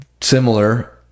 similar